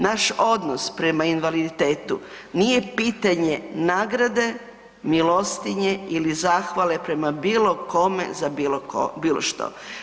Naš odnos prema invaliditetu nije pitanje nagrade, milostinje ili zahvale prema bilo kome za bilo što.